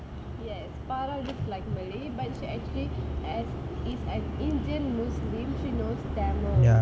yes farah looks like malay but she actually has is an indian muslim she knows tamil